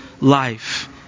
life